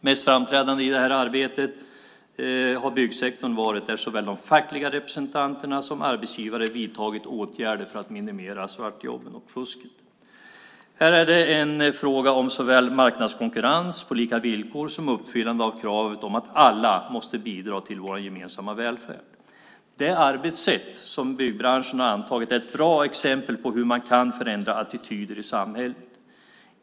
Mest framträdande i det här arbetet har byggsektorn varit, där såväl de fackliga representanterna som arbetsgivare har vidtagit åtgärder för att minimera svartjobben och fusket. Här är det en fråga om såväl marknadskonkurrens på lika villkor som uppfyllande av kravet på att alla måste bidra till vår gemensamma välfärd. Det arbetssätt som byggbranschen har antagit är ett bra exempel på hur man kan förändra attityder i samhället.